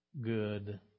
good